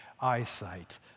eyesight